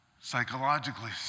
psychologically